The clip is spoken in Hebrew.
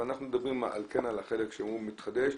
אבל אנחנו מדברים על החלק שכן מתחדש.